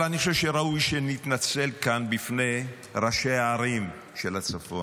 אבל אני חושב שראוי שנתנצל כאן בפני ראשי הערים של הצפון,